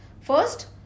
First